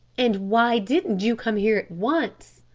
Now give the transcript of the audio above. and why didn't you come here at once?